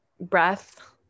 breath